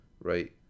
right